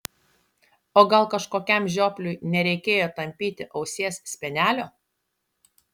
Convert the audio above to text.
o gal kažkokiam žiopliui nereikėjo tampyti ausies spenelio